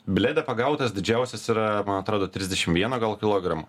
blede pagautas didžiausias yra man atrodo trisdešim vieno gal kilogramo